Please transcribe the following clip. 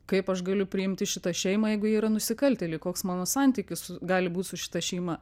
kaip aš galiu priimti šitą šeimą jeigu jie yra nusikaltėliai koks mano santykis su gali būt su šita šeima